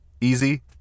easy